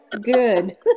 good